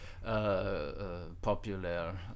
Popular